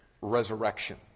resurrection